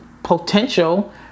Potential